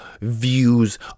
views